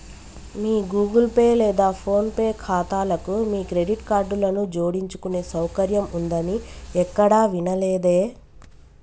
మీ Google Pay లేదా PhonePe ఖాతాలకు మీ క్రెడిట్ కార్డులను జోడించుకునే సౌకర్యం ఉందని ఎక్కడా వినలేదే